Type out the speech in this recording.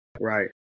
Right